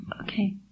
Okay